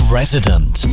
resident